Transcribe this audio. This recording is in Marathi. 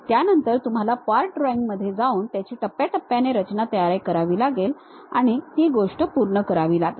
त्यानंतर तुम्हाला पार्ट ड्रॉइंग मध्ये जाऊन त्याची टप्प्याटप्प्याने रचना तयार करावी लागेल आणि ती गोष्ट पूर्ण करावी लागेल